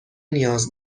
نیاز